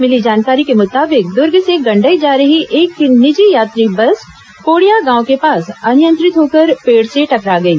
मिली जानकारी के मुताबिक दूर्ग से गंडई जा रही एक निजी यात्री बस कोड़िया गांव के पास अनियंत्रित होकर पेड़ से टकरा गई